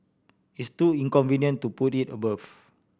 it's too inconvenient to put it above